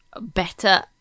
better